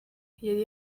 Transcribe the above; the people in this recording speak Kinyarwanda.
yari